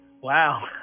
Wow